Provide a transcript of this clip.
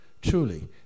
Truly